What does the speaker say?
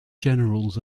generals